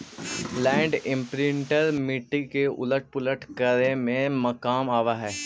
land imprinter मिट्टी के उलट पुलट करे में काम आवऽ हई